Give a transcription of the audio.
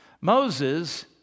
Moses